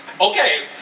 Okay